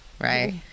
right